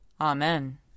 Amen